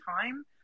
time